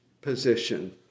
position